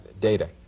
data